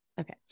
Okay